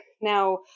now